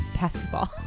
Basketball